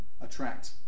attract